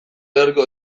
beharko